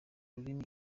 rurimi